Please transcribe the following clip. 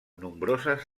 nombroses